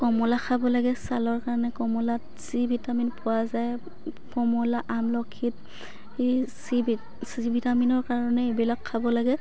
কমলা খাব লাগে ছালৰ কাৰণে কমলাত চি ভিটামিন পোৱা যায় কমলা আমলখিত চি চি ভিটামিনৰ কাৰণে এইবিলাক খাব লাগে